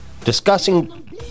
discussing